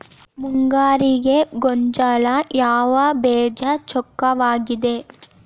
ಮುಂಗಾರಿಗೆ ಗೋಂಜಾಳ ಯಾವ ಬೇಜ ಚೊಕ್ಕವಾಗಿವೆ?